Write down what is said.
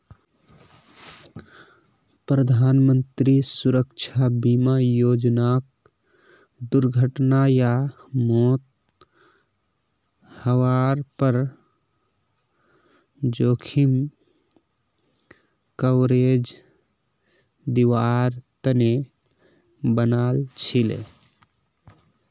प्रधानमंत्री सुरक्षा बीमा योजनाक दुर्घटना या मौत हवार पर जोखिम कवरेज दिवार तने बनाल छीले